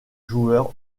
joueur